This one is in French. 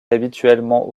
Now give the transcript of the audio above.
habituellement